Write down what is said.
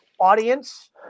audience